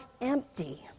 empty